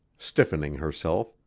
stiffening herself,